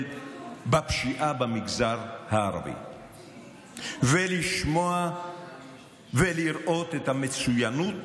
בפשיעה במגזר הערבי ולשמוע ולראות את המצוינות,